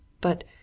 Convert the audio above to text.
but